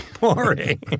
Boring